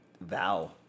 vow